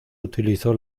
utilizó